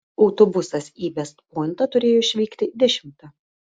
autobusas į vest pointą turėjo išvykti dešimtą